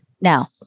Now